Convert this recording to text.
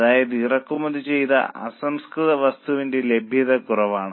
അതായത് ഇറക്കുമതി ചെയ്ത അസംസ്കൃത വസ്തുവിന്റെ ലഭ്യത കുറവാണ്